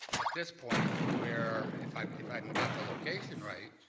at this point where, if i've if i've got the location right,